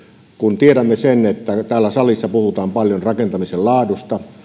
tiedämme sen että täällä salissa puhutaan paljon rakentamisen laadusta